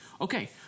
Okay